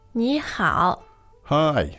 你好。Hi